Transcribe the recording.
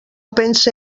pense